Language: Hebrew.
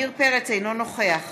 אינו נוכח